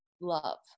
love